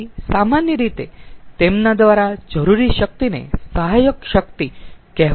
તેથી સામાન્ય રીતે તેમના દ્વારા જરૂરી શક્તિને સહાયક શક્તિ કહેવામાં આવે છે